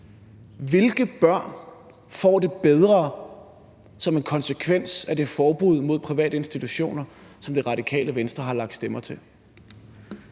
Hvilke børn får det bedre som en konsekvens af det forbud mod private institutioner, som Det Radikale Venstre har lagt stemmer til?